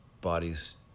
bodies